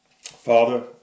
Father